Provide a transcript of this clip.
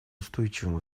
устойчивым